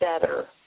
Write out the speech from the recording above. better